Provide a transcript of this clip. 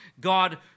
God